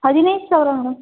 ಹದಿನೈದು ಸಾವಿರ ಮೇಡಮ್